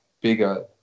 bigger